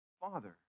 Father